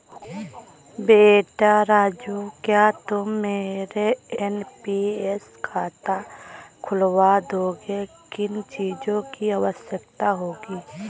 बेटा राजू क्या तुम मेरा एन.पी.एस खाता खुलवा दोगे, किन चीजों की आवश्यकता होगी?